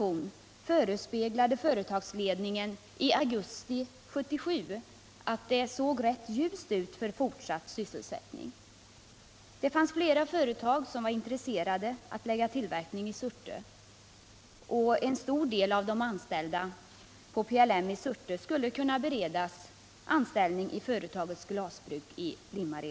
Visst fick jag svar på en liknande fråga i november 1976, då industriministern hänvisade till PLM AB:s ansvar för de anställda liksom till företagets ansvar för att skaffa ersättningsindustri till Surte. Detta var vi helt överens om. Jag fick också i svaret ett klart besked om att när det gäller orter som är starkt beroende av ett eller ett fåtal industrier och en nedläggning blir nödvändig, är regeringen beredd att sätta till alla de arbetsmarknadspolitiska och regionalpolitiska medel som står till buds. Nu har det visat sig att PLM inte har klarat av sin uppgift att etablera eller förmedla ersättningsindustri till Surte.